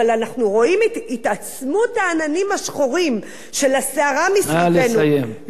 אבל אנחנו רואים את התעצמות העננים השחורים של הסערה מסביבנו נא לסיים.